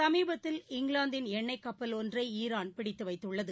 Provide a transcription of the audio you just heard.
சமீபத்தில் இங்கிலாந்தின் எண்ணெய் கப்பல் ஒன்றை ஈரான் பிடித்துவைத்துள்ளது